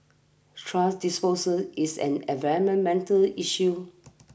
trash disposal is an environmental issue